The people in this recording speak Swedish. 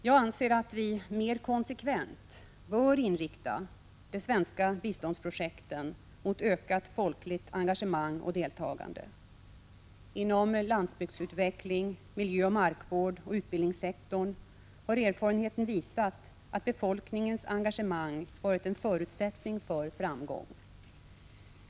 Jag anser att vi mer konsekvent bör inrikta de svenska biståndsprojekten mot ökat folkligt engagemang och deltagande. Inom landsbygdsutveckling, inom miljöoch markvård och inom utbildningssektorn har erfarenheten visat att befolkningens engagemang varit en förutsättning för framgång.